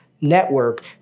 Network